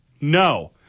No